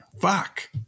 Fuck